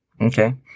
Okay